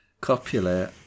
Copulate